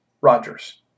Rogers